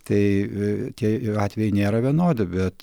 tai tie atvejai nėra vienodi bet